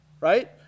Right